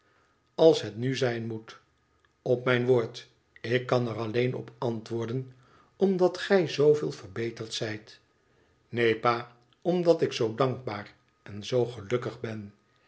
als het nu zijn moet op mijn woord ik kan er alleen op antwoorden omdat gij zooveel verbeterd zijt neen pa omdat ik zoo dankbaar en zoo gelukkig ben